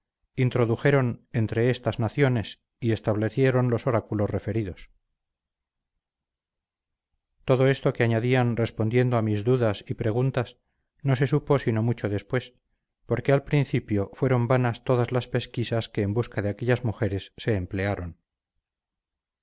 introdujeron entre estas naciones y establecieron los oráculos referidos todo esto que añadían respondiendo a mis dudas y preguntas no se supo sino mucho después porque al principio fueron vanas todas las pesquisas que en busca de aquellas mujeres se emplearon